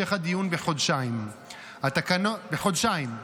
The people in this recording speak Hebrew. המשך הדיון בחודשיים --- כמה --- בחודשיים.